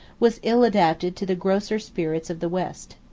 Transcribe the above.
was ill adapted to the grosser spirits of the west.